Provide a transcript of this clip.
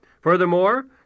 Furthermore